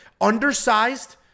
Undersized